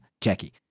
Jackie